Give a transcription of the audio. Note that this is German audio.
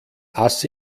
ass